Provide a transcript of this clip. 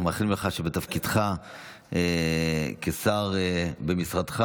אנחנו מאחלים לך שבתפקידך כשר במשרדך